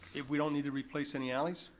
if we don't need to replace any alleys,